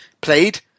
played